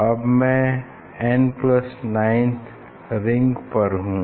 अब मैं n9th ring पर हूँ